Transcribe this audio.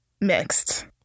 mixed